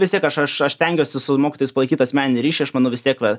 vis tiek aš aš aš stengiuosi su mokytojais palaikyt asmeninį ryšį aš manau vis tiek va